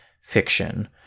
fiction